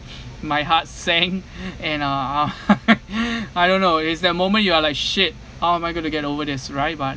my heart sank and uh I don't know is that moment you are like shit how am I going to get over this right but